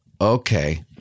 Okay